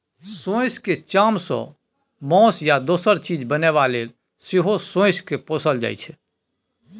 सोंइस केर चामसँ मासु या दोसर चीज बनेबा लेल सेहो सोंइस केँ पोसल जाइ छै